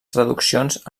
traduccions